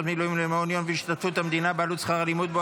מילואים למעון יום בהשתתפות המדינה בעלות שכר הלימוד בו,